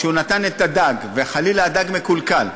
שהוא נתן את הדג וחלילה הדג מקולקל,